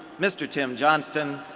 mr. tim johnston,